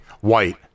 white